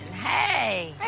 hey. hey,